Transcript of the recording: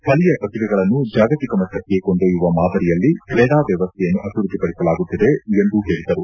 ಸ್ವೀಯ ಪ್ರತಿಭೆಗಳನ್ನು ಜಾಗತಿಕ ಮಟ್ಟಕ್ಕೆ ಕೊಂಡೊಯ್ದುವ ಮಾದರಿಯಲ್ಲಿ ಕ್ರೀಡಾ ವ್ಲವಸ್ಥೆಯನ್ನು ಅಭಿವೃದ್ಧಿಪಡಿಸಲಾಗುತ್ತಿದೆ ಎಂದು ಹೇಳಿದರು